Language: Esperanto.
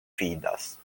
fidas